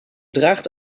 draagt